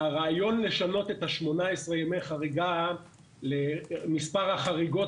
הרעיון לשנות את ה-18 ימי חריגה למספר החריגות